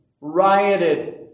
Rioted